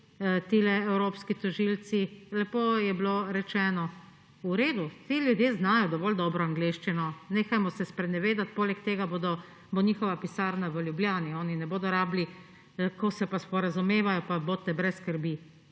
tile evropski tožilci. Lepo je bilo rečeno, v redu, ti ljudje znajo dovolj dobro angleščino. Nehajmo se sprenevedati. Poleg tega bo njihova pisarna v Ljubljani. Oni ne bodo rabili … Ko se pa sporazumevajo, pa bodite brez skrbi.